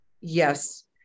yes